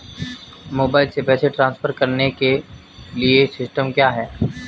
Mobile से पैसे transfer करने के लिए सिस्टम क्या है?